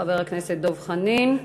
חבר הכנסת דב חנין.